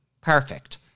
perfect